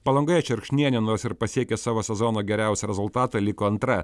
palangoje šerkšnienė nors ir pasiekė savo sezono geriausią rezultatą liko antra